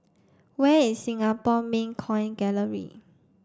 where is Singapore Mint Coin Gallery